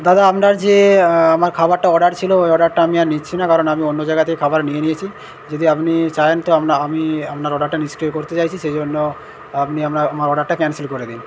দাদা আপনার যে আমার খাবারটা অর্ডার ছিল ওই অর্ডারটা আমি আর নিচ্ছি না কারণ আমি অন্য জায়গা থেকে খাবার নিয়ে নিয়েছি যদি আপনি চান তো আপনা আমি আপনার অর্ডারটা নিষ্ক্রিয় করতে চাইছি সেই জন্য আপনি আমরা আমার অর্ডারটা ক্যানসেল করে দিন